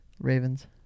Ravens